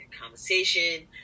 conversation